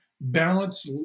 balance